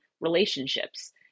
relationships